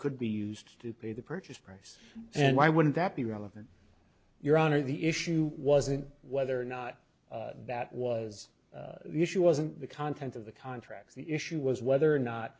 could be used to pay the purchase price and why would that be relevant your honor the issue wasn't whether or not that was the issue wasn't the content of the contract the issue was whether or not